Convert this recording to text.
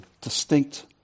distinct